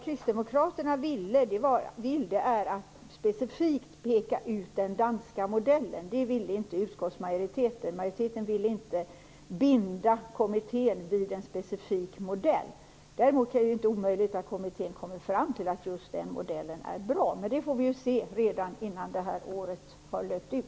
Kristdemokraterna vill specifikt peka ut den danska modellen, men det vill inte utskottsmajoriteten. Vi vill inte binda kommittén vid en specifik modell. Däremot är det inte omöjligt att kommittén kommer fram till att just den modellen är bra, men det får vi förhoppningsvis veta innan det här året har löpt ut.